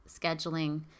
scheduling